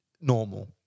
normal